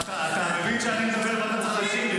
אתה מבין שאני מדבר ואתה צריך להקשיב לי?